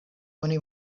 oni